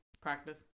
practice